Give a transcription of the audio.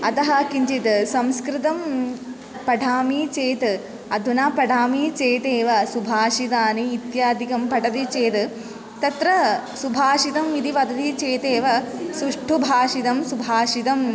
अतः किञ्चित् संस्कृतं पठामि चेत् अधुना पठामि चेदेव सुभाषितानि इत्यादिकं पठति चेद् तत्र सुभाषितम् इति वदति चेदेव सुष्ठुभाषितं सुभाषितम्